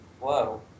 Whoa